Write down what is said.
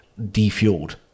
defueled